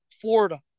Florida